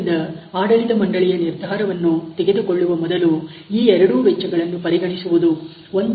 ಆದ್ದರಿಂದ ಆಡಳಿತ ಮಂಡಳಿಯ ನಿರ್ಧಾರವನ್ನು ತೆಗೆದುಕೊಳ್ಳುವ ಮೊದಲು ಈ ಎರಡು ವೆಚ್ಚಗಳನ್ನು ಪರಿಗಣಿಸುವುದು ಒಂದು ಒಳ್ಳೆಯ ವಿಧಾನವಾಗಿದೆ